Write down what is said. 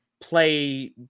play